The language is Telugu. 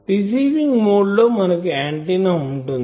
రిసీవింగ్ మోడ్ లో మనకు ఆంటిన్నా ఉంటుంది